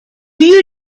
you